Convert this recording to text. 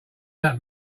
that